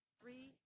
three